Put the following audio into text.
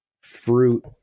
fruit